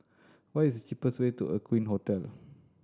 what is the cheapest way to Aqueen Hotel